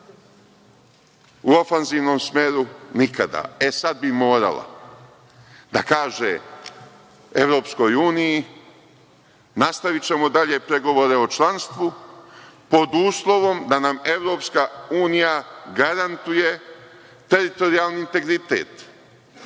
u ofanzivnom smeru – nikada? E sad bi morala da kaže EU – nastavićemo dalje pregovore o članstvu pod uslovom da nam EU garantuje teritorijalni integritet,